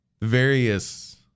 various